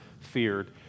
feared